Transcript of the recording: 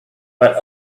but